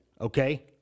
okay